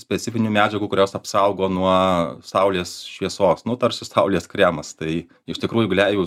specifinių medžiagų kurios apsaugo nuo saulės šviesos nu tarsi saulės kremas tai iš tikrųjų gleivių